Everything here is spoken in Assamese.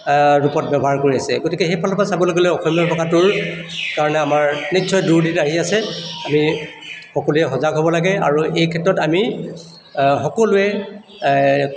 ৰূপত ব্যৱহাৰ কৰি আছে গতিকে সেইফালৰপৰা চাবলৈ গ'লে অসমীয়া ভাষাটোৰ কাৰণে আমাৰ নিশ্চয় দুৰ্দিন আহি আছে আমি সকলোৱে সজাগ হ'ব লাগে আৰু এই ক্ষেত্ৰত আমি সকলোৱে